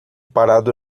parado